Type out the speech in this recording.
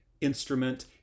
instrument